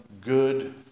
good